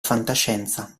fantascienza